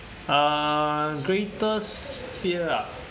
uh greatest fear ah